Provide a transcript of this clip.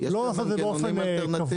לא לעשות את זה באופן קבוע.